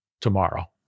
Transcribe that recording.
tomorrow